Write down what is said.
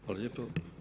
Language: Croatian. Hvala lijepo.